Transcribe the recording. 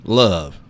love